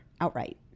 outright